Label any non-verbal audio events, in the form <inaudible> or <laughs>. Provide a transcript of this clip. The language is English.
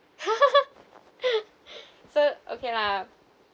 <laughs> so okay lah